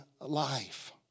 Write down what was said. life